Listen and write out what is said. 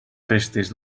restes